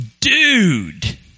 dude